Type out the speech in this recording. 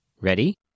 Ready